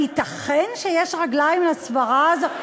הייתכן שיש רגליים לסברה הזאת?